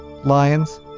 lions